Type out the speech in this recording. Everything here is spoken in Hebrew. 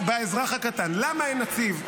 למה אין נציב?